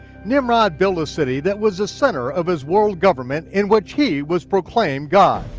nimrod built a city that was the center of his world government in which he was proclaimed god.